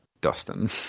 Dustin